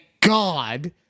God